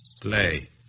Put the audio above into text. Play